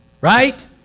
right